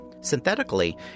Synthetically